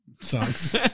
songs